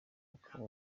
ukaba